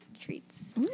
treats